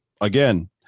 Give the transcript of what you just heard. Again